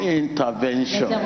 intervention